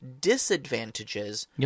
disadvantages